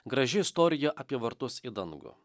graži istorija apie vartus į dangų